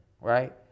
right